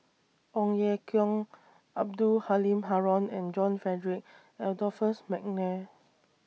Ong Ye Kung Abdul Halim Haron and John Frederick Adolphus Mcnair